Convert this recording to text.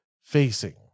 facing